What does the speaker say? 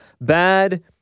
bad